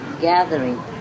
gathering